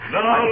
Now